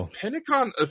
Pentagon